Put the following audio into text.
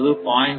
அதாவது 0